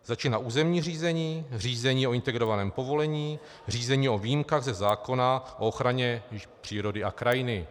Začíná územní řízení, řízení o integrovaném povolení, řízení o výjimkách ze zákona o ochraně přírody a krajiny.